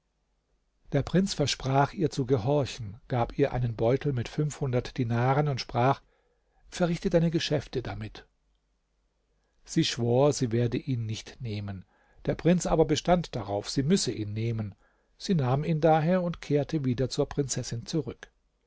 der prinz versprach ihr zu gehorchen gab ihr einen beutel mit fünfhundert dinaren und sprach verrichte deine geschäfte damit sie schwor sie werde ihn nicht nehmen der prinz aber bestand darauf sie müsse ihn nehmen sie nahm ihn daher und kehrte wieder zur prinzessin zurück